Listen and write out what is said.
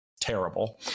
terrible